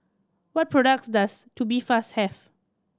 what products does Tubifast have